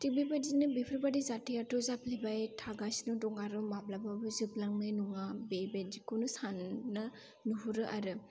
थिग बेयबादिनो बेफोरबादि जथायाथ' जाफ्लेबाय थागासिनो दं आरो माब्लाबाबो जोबलांनाय नङा बेबायदिखौनो सानो नुहुरो आरो